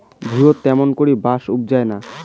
ভুঁইয়ত ত্যামুন করি বাঁশ উবজায় না